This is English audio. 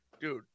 dude